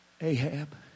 Ahab